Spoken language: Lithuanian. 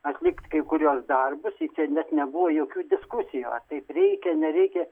atlikt kai kuriuos darbus ir čia net nebuvo jokių diskusijų ar taip reikia nereikia